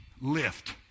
lift